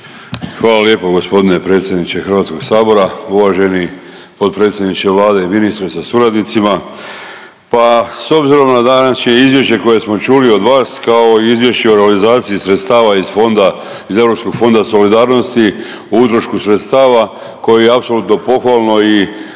Hvala lijepo gospodine predsjedniče Hrvatskog sabora, uvaženi potpredsjedniče Vlade i ministre sa suradnicima. Pa s obzirom na današnje izvješće koje smo čuli od vas kao i izvješće o realizaciji sredstava iz fonda, iz Europskoga fonda solidarnosti o utrošku sredstava koje je apsolutno pohvalno i